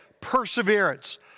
perseverance